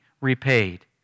repaid